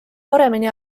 paremini